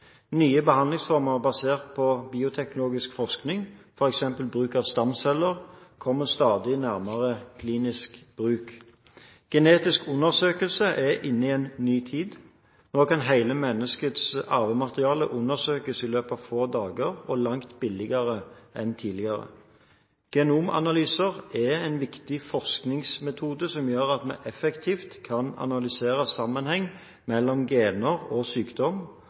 Nye behandlingsformer basert på bioteknologisk forskning, f.eks. bruk av stamceller, kommer stadig nærmere klinisk bruk. Genetiske undersøkelser er inne i en ny tid. Nå kan hele menneskets arvemateriale undersøkes i løpet av få dager og langt billigere enn tidligere. Genomanalyser er en viktig forskningsmetode som gjør at vi effektivt kan analysere sammenhengen mellom gener og sykdom,